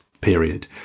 period